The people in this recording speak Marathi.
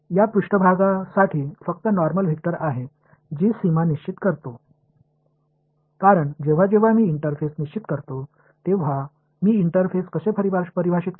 या पृष्ठभागासाठी फक्त नॉर्मल वेक्टर आहे जी सीमा निश्चित करतो कारण जेव्हा जेव्हा मी इंटरफेस निश्चित करतो तेव्हा मी इंटरफेस कसे परिभाषित करू